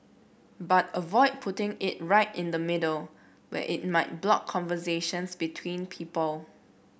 but avoid putting it right in the middle where it might block conversations between people